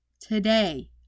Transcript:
Today